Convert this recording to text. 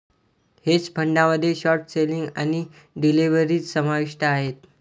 hedge फंडामध्ये short selling आणि derivatives समाविष्ट आहेत